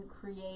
create